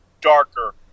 darker